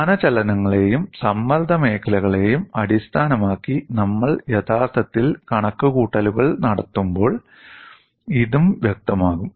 സ്ഥാനചലനങ്ങളെയും സമ്മർദ്ദ മേഖലയെയും അടിസ്ഥാനമാക്കി നമ്മൾ യഥാർത്ഥത്തിൽ കണക്കുകൂട്ടലുകൾ നടത്തുമ്പോൾ ഇതും വ്യക്തമാകും